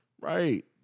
Right